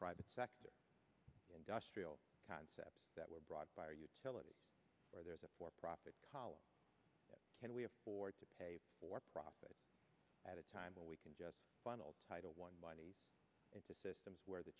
private sector industrial concepts that were brought by our utilities where there's a for profit college can we afford to pay for profit at a time when we can just bottle title one money into systems where the